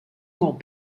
molt